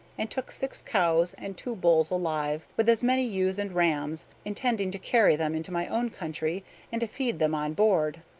and took six cows and two bulls alive, with as many ewes and rams, intending to carry them into my own country and to feed them on board,